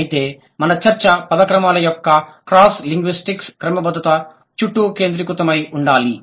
అయితే మన చర్చ పద క్రమాల యొక్క క్రాస్ లింగ్విస్టిక్ క్రమబద్ధ చుట్టూ కేంద్రీకృతమై ఉండాలి